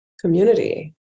community